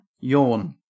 Yawn